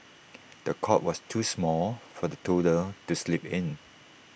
the cot was too small for the toddler to sleep in